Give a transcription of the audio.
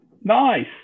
Nice